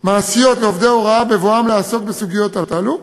מעשיות לעובדי הוראה בבואם לעסוק בסוגיות הללו,